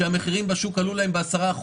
שהמחירים בשוק עלו להם ב-10%,